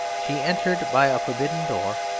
she entered by a forbidden door,